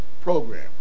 program